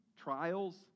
trials